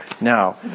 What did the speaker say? now